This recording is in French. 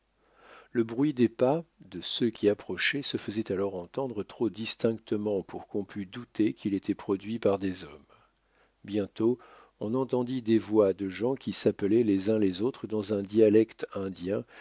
le bruit des pas de ceux qui approchaient se faisait alors entendre trop distinctement pour qu'on pût douter qu'il était produit par des hommes bientôt on entendit des voix de gens qui s'appelaient les uns les autres dans un dialecte indien